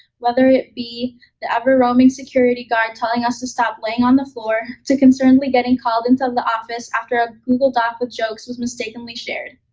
whether it be the ever roaming security guard telling us to stop laying on the floor, to concernedly getting called into um the office after a google doc with jokes was mistakenly shared.